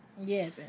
Yes